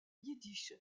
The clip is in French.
yiddish